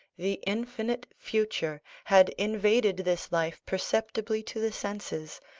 the infinite future had invaded this life perceptibly to the senses,